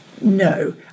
No